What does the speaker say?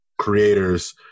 creators